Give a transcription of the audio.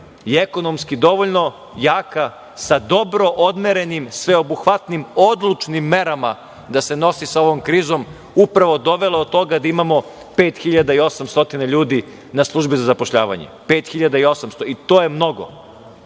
je ekonomski dovoljno jaka, sa dobro odmerenim sveobuhvatnim, odlučnim merama, da se nosi sa ovom krizom, upravo dovela do toga da imamo 5.800 ljudi na službi za zapošljavanje. I to je mnogo.